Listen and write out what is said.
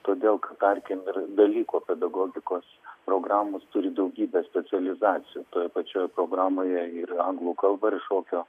todėl tarkim ir dalyko pedagogikos programos turi daugybę specializacijų toje pačioje programoje ir anglų kalba ir šokio